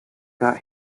got